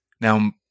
Now